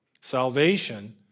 Salvation